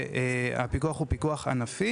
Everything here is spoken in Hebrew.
כשהפיקוח הוא פיקוח ענפי